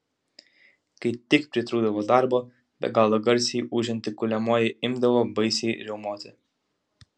kai tik pritrūkdavo darbo be galo garsiai ūžianti kuliamoji imdavo baisiai riaumoti